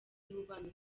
y’ububanyi